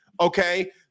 okay